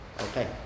okay